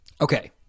Okay